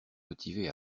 motivé